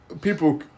people